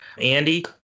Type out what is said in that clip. Andy